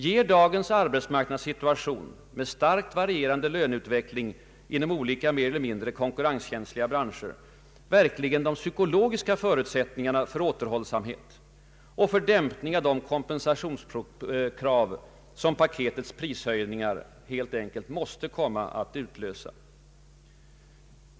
Ger dagens arbetsmarknadssituation med starkt varierande löneutveckling inom olika mer eller mindre konkurrenskänsliga branscher verkligen de psykologiska förutsättningarna för återhållsamhet och för en dämpning av de kompensationskrav som paketets prishöjningar måste komma att utlösa?